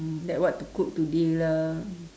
um like what to cook today lah